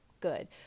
good